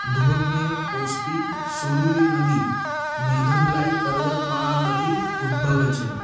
ધોધને પોષતી સુરુલી નદી મેઘમલાઈ પર્વતમાળામાંથી ઉદ્ભવે છે